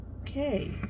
Okay